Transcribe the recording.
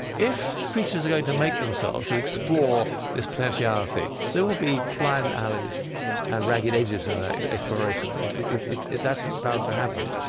if creatures are going to make themselves, to explore this potentiality, there will be blind alleys and ragged edges in that exploration. that's bound to happen.